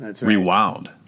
rewound